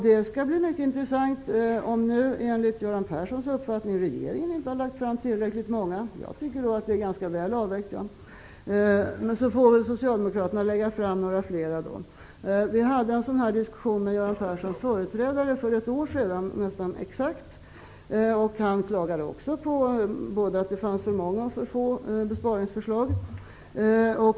Det är mycket intressant. Om nu regeringen, enligt Göran Perssons uppfattning, inte har lagt fram tillräckligt många förslag -- jag tycker att de är ganska väl avvägda -- får väl Socialdemokraterna göra det. Vi hade en sådan här diskussion med Göran Perssons företrädare för nästan exakt ett år sedan. Han klagade på att det fanns både för många och för få besparingsförslag.